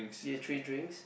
you have three drinks